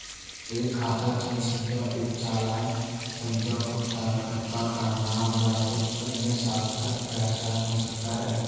एक खाता संख्या एक चालान संख्या भुगतानकर्ता का नाम या कुछ अन्य सार्थक पहचान हो सकता है